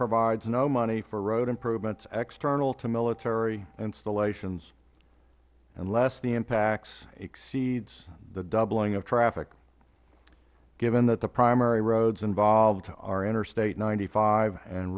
provides no money for road improvements external to military installations unless the impacts exceeds the doubling of traffic given that the primary roads involved are interstate ninety five and